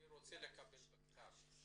אני רוצה לקבל בכתב.